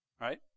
Right